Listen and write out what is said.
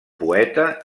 poeta